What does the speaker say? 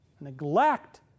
neglect